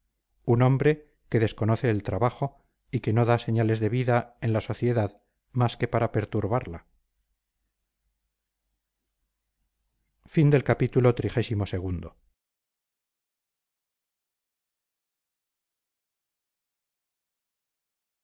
un hombre que desconoce el trabajo y que no da señales de vida en la sociedad más que para perturbarla